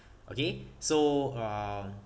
okay so uh